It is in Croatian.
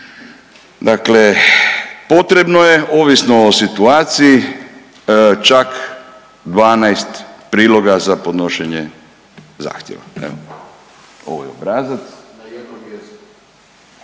dakle potrebno je ovisno o situaciji čak 12 priloga za podnošenje zahtjeva, evo ovo je obrazac, 12 priloga, dakle